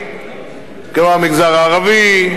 כמו המגזר הערבי,